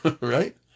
right